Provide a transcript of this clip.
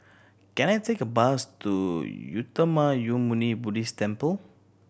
can I take a bus to Uttamayanmuni Buddhist Temple